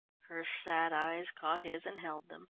her sad eyes caught his and held them.